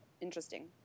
Interesting